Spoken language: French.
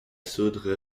sourdre